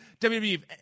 WWE